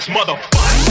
Motherfucker